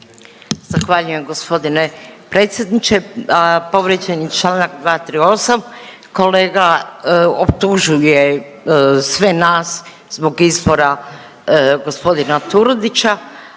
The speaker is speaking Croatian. Zahvaljujem gospodine predsjedniče. Povrijeđen je članak 238. Kolega optužuje sve nas zbog izbora gospodina Turudića,